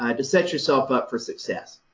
um to set yourself up for success?